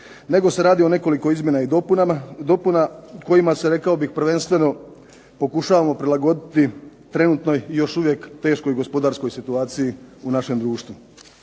nego se radi o nekoliko izmjena i dopuna kojima se, rekao bih, prvenstveno pokušavamo prilagoditi trenutnoj i još uvijek teškoj gospodarskoj situaciji u našem društvu.